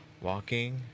walking